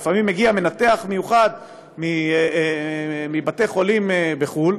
לפעמים מגיע מנתח מיוחד מבתי-חולים בחו"ל,